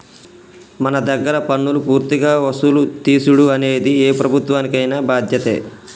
మన దగ్గర పన్నులు పూర్తిగా వసులు తీసుడు అనేది ఏ ప్రభుత్వానికైన బాధ్యతే